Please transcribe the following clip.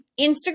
Instagram